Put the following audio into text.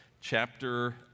chapter